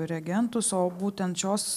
reagentus o būtent šios